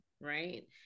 right